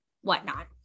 whatnot